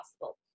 possible